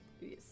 Yes